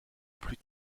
plus